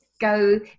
go